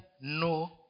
no